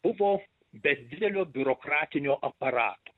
buvo be didelio biurokratinio aparato